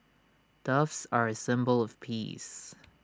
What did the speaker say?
doves are A symbol of peace